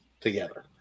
together